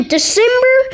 December